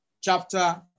chapter